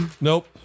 nope